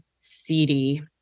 seedy